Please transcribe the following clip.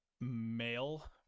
male